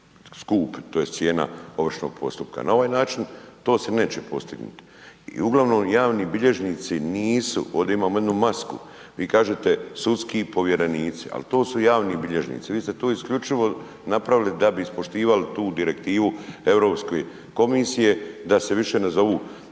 skup, tj. cijena ovršnog postupka. Na ovaj način to se neće postignuti. I uglavnom javni bilježnici nisu, ovdje imamo jednu masku, vi kažete sudski povjerenici, ali to su javni bilježnici. Vi ste to isključivo napravili da bi ispoštivali tu direktivu Europske komisije da se više ne zovu